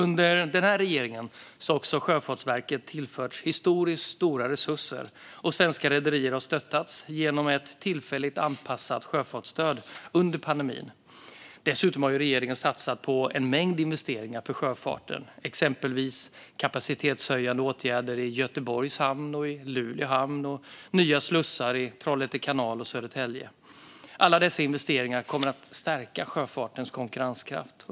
Under den här regeringen har också Sjöfartsverket tillförts historiskt stora resurser, och svenska rederier har stöttats genom ett tillfälligt anpassat sjöfartsstöd under pandemin. Dessutom har regeringen satsat på en mängd investeringar för sjöfarten, exempelvis kapacitetshöjande åtgärder i Göteborgs hamn och Luleå hamn samt nya slussar i Trollhätte kanal och i Södertälje. Alla dessa investeringar kommer att stärka sjöfartens konkurrenskraft.